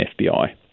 FBI